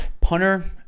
Punter